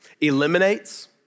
eliminates